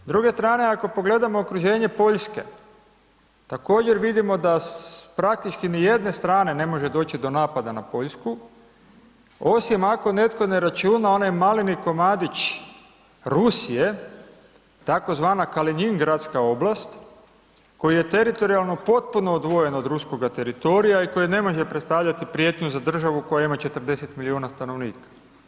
S druge strane ako pogledamo okruženje Poljske, također vidimo da s praktički nijedne strane ne može doći do napada na Poljsku, osim ako netko ne računa onaj maleni komadić Rusije tzv. Kalinjin gradska oblast koja je teritorijalno potpuno odvojena od ruskoga teritorija i koja ne može predstavljati prijetnju za državu koja ima 40 milijuna stanovnika.